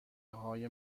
های